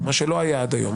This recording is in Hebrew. מה שלא היה עד היום.